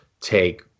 take